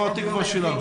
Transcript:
זו תקווה שלנו.